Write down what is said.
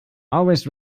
always